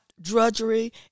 drudgery